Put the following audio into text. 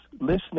listening